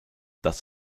das